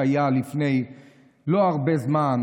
שהיה לפני לא הרבה זמן,